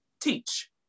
teach